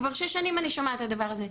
כבר שש שנים אני שומעת את הדבר הזה.